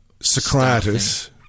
Socrates